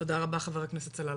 תודה רבה חבר הכנסת סלאלחה,